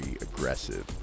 aggressive